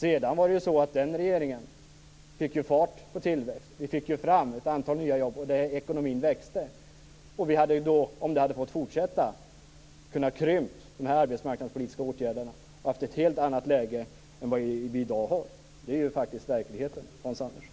Sedan fick ju den regeringen fart på tillväxten. Vi fick fram ett antal nya jobb och ekonomisk tillväxt. Om vi hade fått fortsätta hade vi kunnat krympa de arbetsmarknadspolitiska åtgärderna. Det var ett helt annat läge än vi i dag har. Det är verkligheten, Hans Andersson.